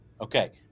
Okay